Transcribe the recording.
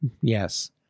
Yes